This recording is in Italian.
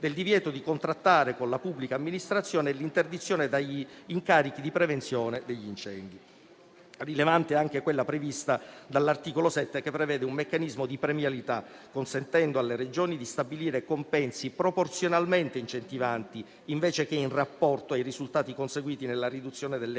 del divieto di contrattare con la pubblica amministrazione l'interdizione dagli incarichi di prevenzione degli incendi. Rilevante è anche quella prevista dall'articolo 7, che prevede un meccanismo di premialità consentendo alle Regioni di stabilire compensi proporzionalmente incentivanti invece che in rapporto ai risultati conseguiti nella riduzione delle aree